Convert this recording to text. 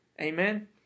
Amen